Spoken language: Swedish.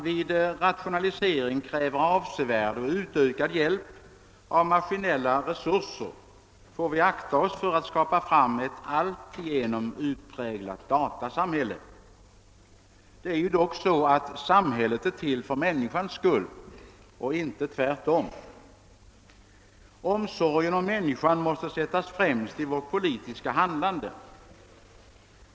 Vid rationalisering kräver man avsevärd och utökad hjälp av maskinella resurser, och vi får då akta oss för att skapa ett utpräglat datasamhälle. Samhället är ju till för människans skull och inte tvärtom. Omsorgen om människan måste sättas främst i vårt politiska handlande.